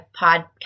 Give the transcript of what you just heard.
podcast